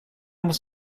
muss